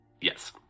Yes